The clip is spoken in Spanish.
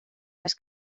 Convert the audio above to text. las